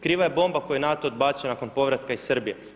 Kriva je bomba koju je NATO odbacio nakon povratka iz Srbije.